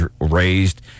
raised